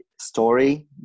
story